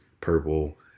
purple